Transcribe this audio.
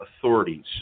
authorities